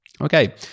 Okay